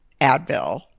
Advil